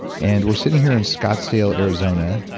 and we're sitting here in scottsdale, arizona.